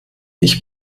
ich